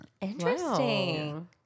Interesting